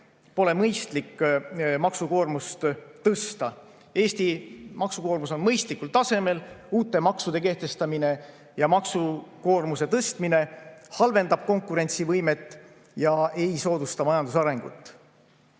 pole mõistlik maksukoormust tõsta. Eesti maksukoormus on mõistlikul tasemel. Uute maksude kehtestamine ja maksukoormuse tõstmine halvendab konkurentsivõimet ega soodusta majanduse arengut.